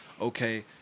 okay